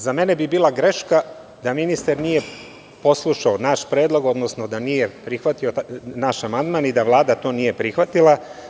Za mene bi bila greška da ministar nije poslušao naš predlog, odnosno da nije prihvatio naš amandman i da Vlada nije to prihvatila.